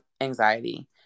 anxiety